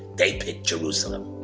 they picked jerusalem.